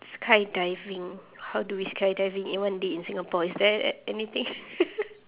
skydiving how do we skydiving everyone did in singapore is there a~ anything